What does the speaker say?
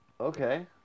Okay